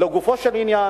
לגופו של עניין,